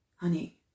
honey